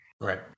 Right